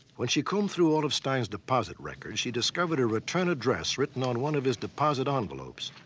when she combed through all of stein's deposit records, she discovered a return address written on one of his deposit envelopes.